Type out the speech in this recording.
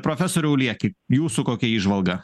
profesoriau lieki jūsų kokia įžvalga